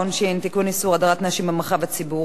איסור הדרת נשים במרחב הציבורי): בעד,